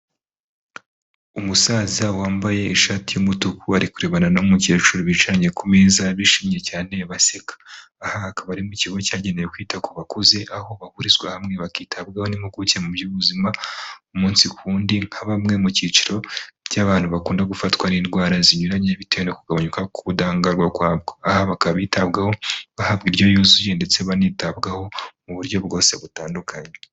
Umusaza wambaye ishati y'umutuku ari kurebana n'umukecuru bicaranye ku meza bishimye cyane baseka aha hakaba arimo ikigo cyagenewe kwita ku bakuze aho bahurizwa hamwe bakitabwaho n'impuguke mu by'ubuzima umunsi ku wundi nka bamwe mu cyiciro cy'abantu bakunda gufatwa n'indwara zinyuranye bitera kugabanyuka k'ubudahangarwa kwabwo aha baka bitabwaho bahabwa indyo yuzuye ndetse banitabwaho mu buryo bwose butandukanye.